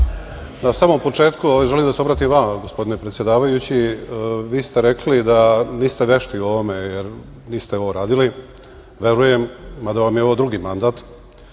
samom početku, želim da se obratim vama, gospodine predsedavajući. Vi ste rekli da niste vešti u ovome, jer niste ovo radili. Verujem, mada vam je ovo drugi mandat.